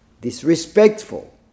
disrespectful